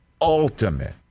ultimate